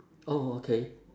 oh okay